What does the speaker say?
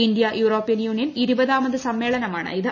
ഇന്തൃ European Union ഇരുപതാമത് സമ്മേളനമാണ് ഇത്